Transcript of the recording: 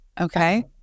okay